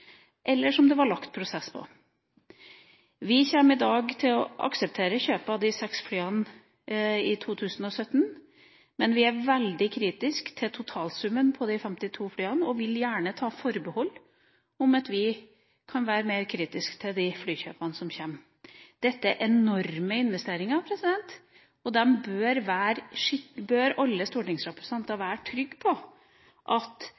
eller som det var lagt prosess på. Vi kommer i dag til å akseptere kjøpet av de seks flyene i 2017, men vi er veldig kritiske til totalsummen på de 52 flyene, og vi kommer til å ta forbehold om at vi kan være mer kritiske til de flykjøpene som kommer. Dette er enorme investeringer, og alle stortingsrepresentantene bør føle seg trygge på at